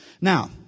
Now